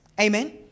Amen